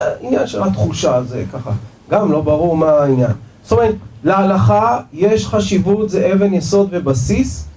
העניין של התחושה הזה ככה, גם לא ברור מה העניין זאת אומרת, להלכה יש חשיבות, זה אבן, יסוד ובסיס